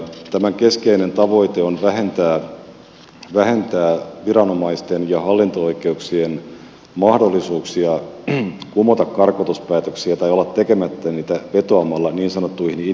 tämän keskeinen tavoite on vähentää viranomaisten ja hallinto oikeuksien mahdollisuuksia kumota karkotuspäätöksiä tai olla tekemättä niitä vetoamalla niin sanottuihin inhimillisiin syihin